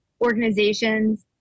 organizations